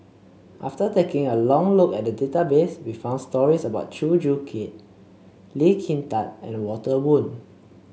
after taking a long look at the database we found stories about Chew Joo Chiat Lee Kin Tat and Walter Woon